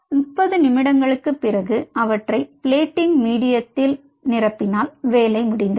30 நிமிடங்களுக்குப் பிறகு அவற்றை பிளேட்டிங் மீடியத்த்தில் நிரப்பினால் வேலை முடிந்தது